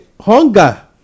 hunger